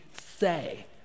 say